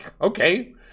okay